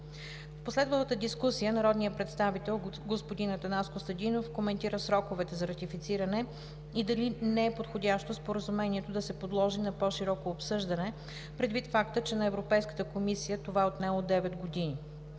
В последвалата дискусия народният представител господин Атанас Костадинов коментира сроковете за ратифициране и дали не е подходящо Споразумението да се подложи на по-широко обсъждане, предвид факта, че на Европейската комисия това е отнело 9 години.